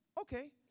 Okay